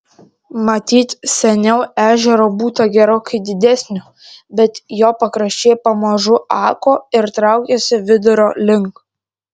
matyt seniau ežero būta gerokai didesnio bet jo pakraščiai pamažu ako ir traukėsi vidurio link